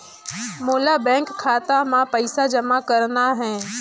मोला बैंक खाता मां पइसा जमा करना हे?